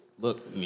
Look